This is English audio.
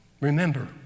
Remember